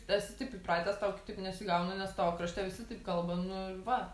esi taip įpratęs tau kitaip nesigauna nes tavo krašte visi taip kalba nu ir va